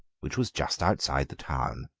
which was just outside the town.